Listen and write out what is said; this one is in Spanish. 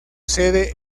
sede